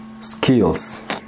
skills